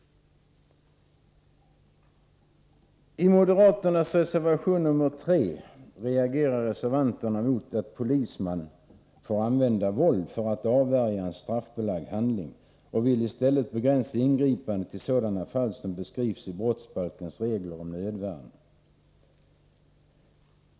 I moderaternas reservation 3 reagerar reservanterna mot att en polisman får använda våld för att avvärja straffbelagd handling och vill begränsa ingripandena till sådana fall som beskrivs i brottsbalkens regler om nödvärn.